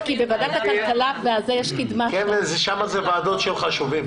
אלה ועדות של חשובים.